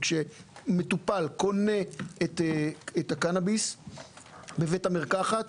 כשמטופל קונה את הקנביס בבית המרקחת